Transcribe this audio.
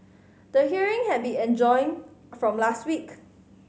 the hearing had been adjourned from last week